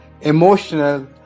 emotional